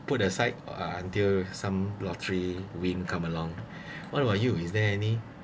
put aside or until some lottery win come along what about you is there any